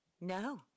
No